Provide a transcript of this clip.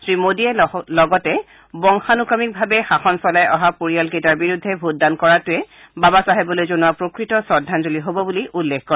শ্ৰী মোডীয়ে লগতে বংশানুক্ৰমিকভাৱে শাসন চলাই অহা পৰিয়ালকেইটাৰ বিৰুদ্ধে ভোটদান কৰাটোৱে বাবা চাহেবলৈ জনোৱা প্ৰকৃত শ্ৰদ্ধাঞ্জলি হব বুলি উল্লেখ কৰে